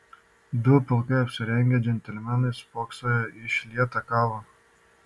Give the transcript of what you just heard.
du pilkai apsirengę džentelmenai spoksojo į išlietą kavą